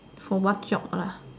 for what job lah